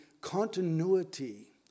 continuity